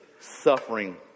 suffering